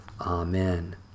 Amen